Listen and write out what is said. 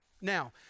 Now